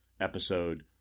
episode